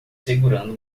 segurando